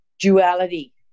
duality